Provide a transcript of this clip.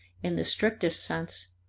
in the strictest sense,